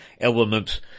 elements